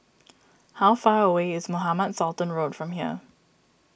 how far away is Mohamed Sultan Road from here